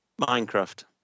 Minecraft